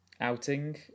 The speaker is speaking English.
outing